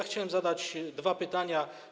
Chciałem zadać dwa pytania.